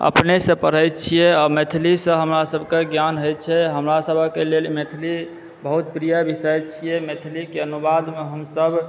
अपनेसँ पढ़ै छियै आ मैथिलीसँ हमरासभक ज्ञान होइ छै हमरासभक लेल मैथिली बहुत प्रिय विषय छियै मैथिली के अनुवादमे हमसभ